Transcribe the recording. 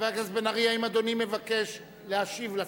חבר הכנסת בן-ארי, האם אדוני מבקש להשיב לשר?